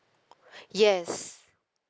yes